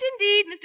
indeed